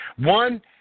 One